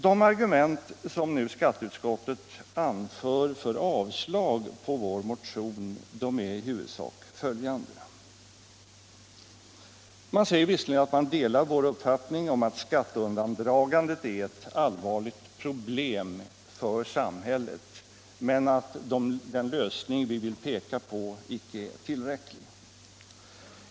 De argument som skatteutskottet åberopar för avslag på vår motion är i huvudsak följande. Utskottet säger visserligen att man delar vår uppfattning att skatteundandragandet är ett allvarligt problem för samhället men anför att den lösning som vi pekar på inte är tillräcklig.